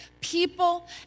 people